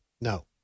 no